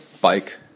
bike